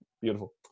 Beautiful